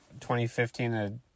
2015